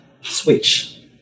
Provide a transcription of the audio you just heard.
switch